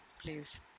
please